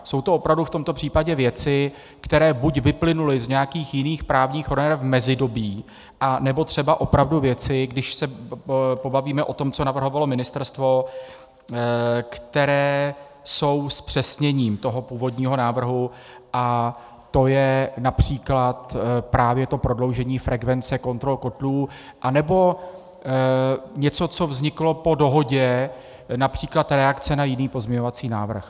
Jsou to opravdu v tomto případě věci, které buď vyplynuly z nějakých jiných právních norem v mezidobí, anebo třeba opravdu věci, když se pobavíme o tom, co navrhovalo ministerstvo, které jsou zpřesněním původního návrhu, a to je např. právě to prodloužení frekvence kontrol kotlů, anebo něco, co vzniklo po dohodě, např. reakce na jiný pozměňovací návrh.